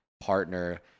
partner